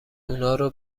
اونارو